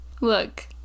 look